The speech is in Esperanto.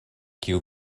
kiu